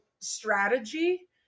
strategy